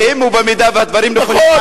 אם הדברים נכונים,